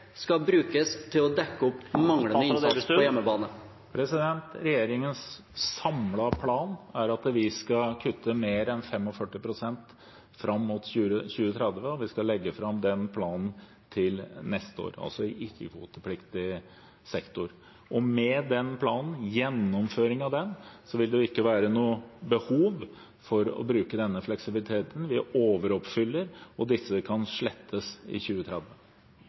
skal brukes til å dekke opp manglende innsats på hjemmebane? Regjeringens samlede plan er at vi skal kutte mer enn 45 pst. i ikke-kvotepliktig sektor fram mot 2030, og vi skal legge fram den planen til neste år. Med gjennomføring av den planen vil det ikke være noe behov for å bruke denne fleksibiliteten. Vi overoppfyller, og disse kan slettes i 2030.